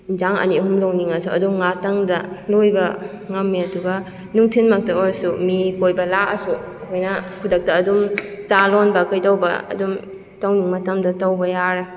ꯌꯦꯟꯁꯥꯡ ꯑꯅꯤ ꯑꯍꯨꯝ ꯂꯣꯡꯅꯤꯡꯉꯁꯨ ꯑꯗꯨꯝ ꯉꯥꯇꯪꯗ ꯂꯣꯏꯕ ꯉꯝꯃꯦ ꯑꯗꯨꯒ ꯅꯨꯡꯊꯤꯟꯃꯛꯇ ꯑꯣꯏꯔꯁꯨ ꯃꯤ ꯀꯣꯏꯕ ꯂꯥꯛꯑꯁꯨ ꯑꯩꯈꯣꯏꯅ ꯈꯨꯗꯛꯇ ꯑꯗꯨꯝ ꯆꯥꯂꯣꯟꯕ ꯀꯩꯗꯧꯕ ꯑꯗꯨꯝ ꯇꯧꯅꯤꯡ ꯃꯇꯝꯗ ꯇꯧꯕ ꯌꯥꯔꯦ